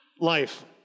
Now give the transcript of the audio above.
life